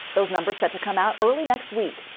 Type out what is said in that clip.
those numbers set to come out early next week.